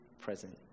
present